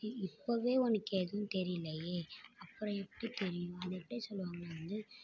இ இப்பவே உனக்கு எதுவும் தெரியலயே அப்புறம் எப்படி தெரியும் அதை எப்படி சொல்லுவாங்ன்னால் வந்து